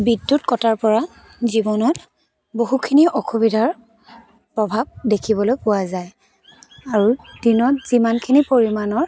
বিদ্য়ুত কটাৰ পৰা জীৱনত বহুখিনি অসুবিধাৰ প্ৰভাৱ দেখিবলৈ পোৱা যায় আৰু দিনত যিমানখিনি পৰিমাণৰ